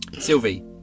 Sylvie